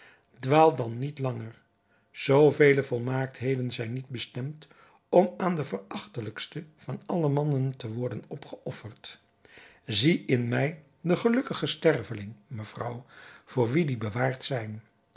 dwaal dan niet langer zoo vele volmaaktheden zijn niet bestemd om aan den verachtelijksten van alle mannen te worden opgeofferd zie in mij den gelukkigen sterveling mevrouw voor wien die bewaard zijn